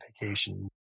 vacation